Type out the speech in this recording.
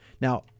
Now